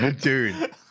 Dude